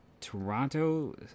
Toronto